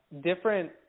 different